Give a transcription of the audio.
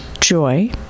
joy